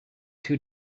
two